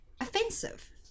offensive